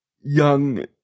young